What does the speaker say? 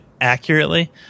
accurately